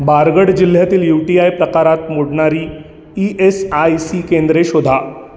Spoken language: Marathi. बारगड जिल्ह्यातील यू टी आय प्रकारात मोडणारी ई एस आय सी केंद्रे शोधा